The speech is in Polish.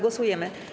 Głosujemy.